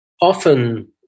often